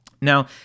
Now